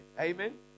Amen